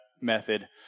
method